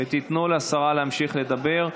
ותיתנו לשרה להמשיך לדבר.